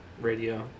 radio